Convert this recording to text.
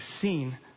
seen